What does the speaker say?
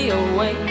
away